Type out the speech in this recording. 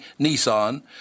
Nissan